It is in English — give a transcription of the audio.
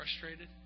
frustrated